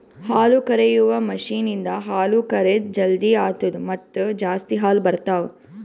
ಹಾಲುಕರೆಯುವ ಮಷೀನ್ ಇಂದ ಹಾಲು ಕರೆದ್ ಜಲ್ದಿ ಆತ್ತುದ ಮತ್ತ ಜಾಸ್ತಿ ಹಾಲು ಬರ್ತಾವ